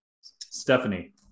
Stephanie